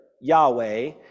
Yahweh